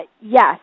yes